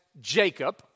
Jacob